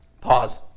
Pause